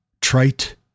trite